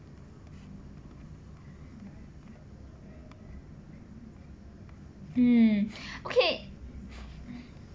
mm okay